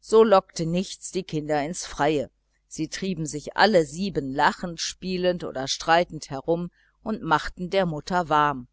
so lockte nichts die kinder ins freie sie trieben sich alle sieben lachend spielend oder streitend herum und machten der mutter warm